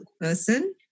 person